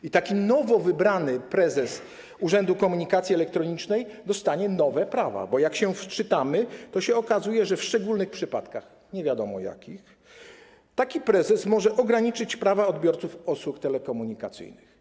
I taki nowo wybrany prezes Urzędu Komunikacji Elektronicznej dostanie nowe prawa, bo jak się wczytamy, to się okaże, że w szczególnych przypadkach, nie wiadomo jakich, taki prezes może ograniczyć prawa odbiorców usług telekomunikacyjnych.